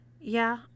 Yeah